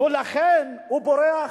ולכן הוא בורח.